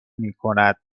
میکند